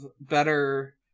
better